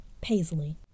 Paisley